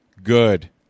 Good